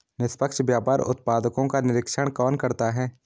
निष्पक्ष व्यापार उत्पादकों का निरीक्षण कौन करता है?